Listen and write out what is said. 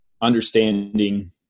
understanding